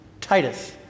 Titus